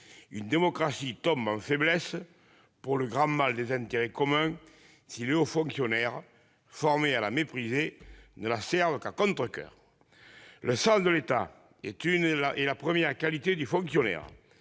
Une démocratie tombe en faiblesse, pour le plus grand mal des intérêts communs, si les hauts fonctionnaires formés à la mépriser [...] ne la servent qu'à contrecoeur ». Le sens de l'État est la première qualité du fonctionnaire.